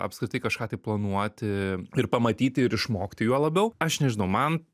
apskritai kažką tai planuoti ir pamatyti ir išmokti juo labiau aš nežinau man